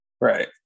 Right